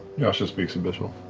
yasha speaks abyshal.